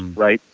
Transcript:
right?